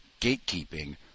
Gatekeeping